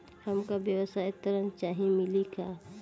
हमका व्यवसाय ऋण चाही मिली का?